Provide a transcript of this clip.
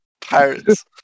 Pirates